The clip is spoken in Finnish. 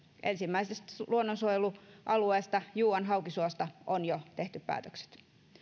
ensimmäisestä luonnonsuojelualueesta juuan haukisuosta on jo tehty päätökset